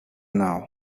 now